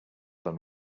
than